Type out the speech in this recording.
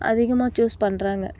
அதிகமாக ச்சூஸ் பண்றாங்க